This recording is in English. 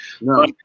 No